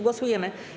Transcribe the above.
Głosujemy.